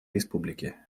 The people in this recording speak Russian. республике